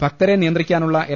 ഭക്തരെ നിയന്ത്രിക്കാനുള്ള എൽ